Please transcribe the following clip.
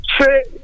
say